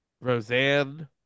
Roseanne